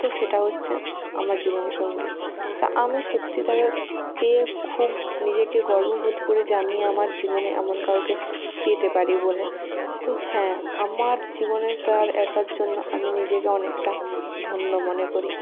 তো সেটা হচ্ছে আমার জীবনসঙ্গী তো আমি সত্যি তাকে পেয়ে খুব নিজেকে গর্ব বোধ করি যে আমি আমার জীবনে এমন কাউকে পেতে পারি বলে তো হ্যাঁ আমার জীবনে তার আসার জন্য আমি নিজেকে অনেকটা ধন্য মনে করি